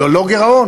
ללא גירעון,